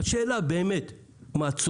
כששואלים אותי "מה נשמע?",